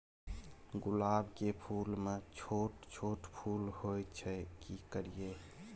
गुलाब के फूल में छोट छोट फूल होय छै की करियै?